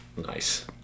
Nice